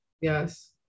yes